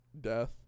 death